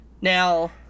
Now